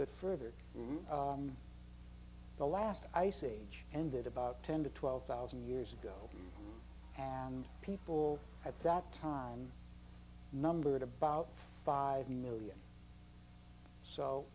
bit further to the last ice age ended about ten to twelve thousand years ago and people at that time numbered about five million so